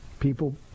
people